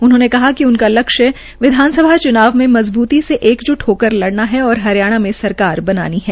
उन्होंने कहा कि उनका लक्ष्य विधानसभा चुनाव में मजबूती से एकजुट होकर लड़ना है और हरियाणा में सरकार बनानी है